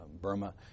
Burma